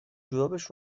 جورابش